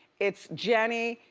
it's jenny,